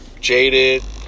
jaded